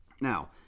Now